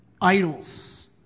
Idols